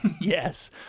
yes